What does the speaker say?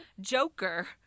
Joker